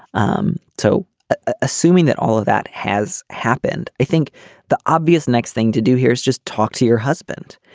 um so ah assuming that all of that has happened i think the obvious next thing to do here is just talk to your husband.